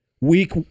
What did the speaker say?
week